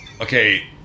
Okay